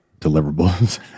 deliverables